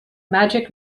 magic